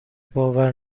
باور